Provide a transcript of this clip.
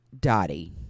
Dottie